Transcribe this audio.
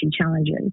challenges